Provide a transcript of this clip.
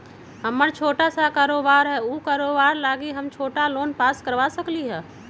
हमर छोटा सा कारोबार है उ कारोबार लागी हम छोटा लोन पास करवा सकली ह?